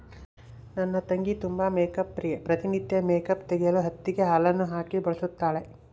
ನನ್ನ ತಂಗಿ ತುಂಬಾ ಮೇಕ್ಅಪ್ ಪ್ರಿಯೆ, ಪ್ರತಿ ನಿತ್ಯ ಮೇಕ್ಅಪ್ ತೆಗೆಯಲು ಹತ್ತಿಗೆ ಹಾಲನ್ನು ಹಾಕಿ ಬಳಸುತ್ತಾಳೆ